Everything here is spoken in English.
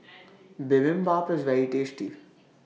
Bibimbap IS very tasty